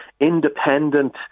independent